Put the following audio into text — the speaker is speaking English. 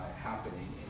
happening